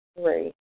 three